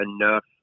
enough